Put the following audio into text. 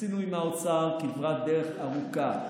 עשינו עם האוצר כברת דרך ארוכה.